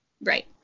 Right